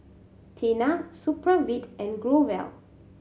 Tena Supravit and Growell